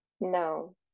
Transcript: no